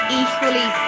equally